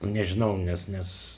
nežinau nes nes